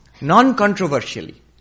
non-controversially